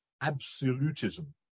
absolutism